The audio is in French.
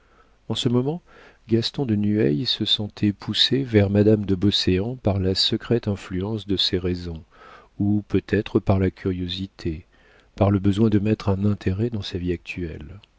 en ce moment gaston de nueil se sentait poussé vers madame de beauséant par la secrète influence de ces raisons ou peut-être par la curiosité par le besoin de mettre un intérêt dans sa vie actuelle